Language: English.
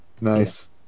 nice